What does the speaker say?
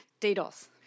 DDoS